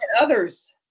others